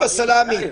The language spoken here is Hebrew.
זה עוד שלב בסלמי.